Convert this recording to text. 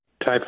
type